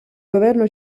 governo